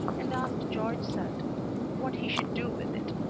and asked george sand what he should do with it.